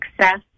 success